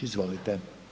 Izvolite.